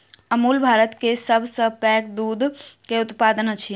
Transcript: अमूल भारत के सभ सॅ पैघ दूध के उत्पादक अछि